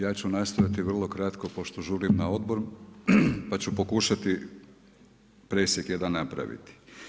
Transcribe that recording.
Ja ću nastojati vrlo kratko pošto žurim na odbor pa ću pokušati presjek jedan napraviti.